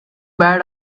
bad